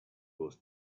was